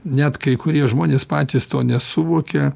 net kai kurie žmonės patys to nesuvokia